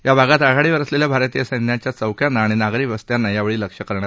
या भागात आघाडीवर असलेल्या भारतीय सैन्याच्या चौक्यांना आणि नागरी वस्त्यांना यावेळी लक्ष्य करण्यात आलं होतं